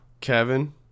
kevin